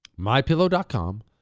MyPillow.com